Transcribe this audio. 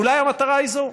אולי המטרה היא זו,